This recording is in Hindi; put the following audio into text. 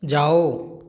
जाओ